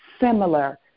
similar